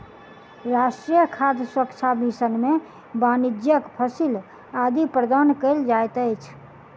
राष्ट्रीय खाद्य सुरक्षा मिशन में वाणिज्यक फसिल आदि प्रदान कयल जाइत अछि